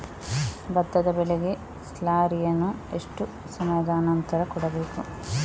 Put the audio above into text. ಭತ್ತದ ಬೆಳೆಗೆ ಸ್ಲಾರಿಯನು ಎಷ್ಟು ಸಮಯದ ಆನಂತರ ಕೊಡಬೇಕು?